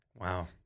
Wow